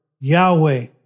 Yahweh